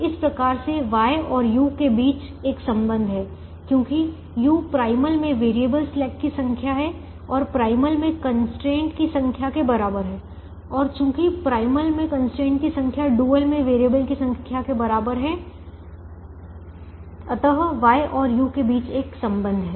इसी प्रकार से Y और U के बीच एक संबंध है क्योंकि U प्राइमल में वैरिएबल स्लैक की संख्या है जो प्राइमल में कंस्ट्रेंट की संख्या के बराबर है और चूंकि प्राइमल में कंस्ट्रेंट की संख्या डुअल में वैरिएबल की संख्या के बराबर है Y और U के बीच एक संबंध है